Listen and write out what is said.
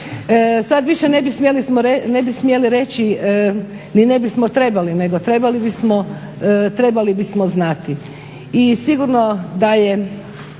sad više ne bismo smjeli reći, ni ne bismo trebali, nego trebali bismo znati. I sigurno da je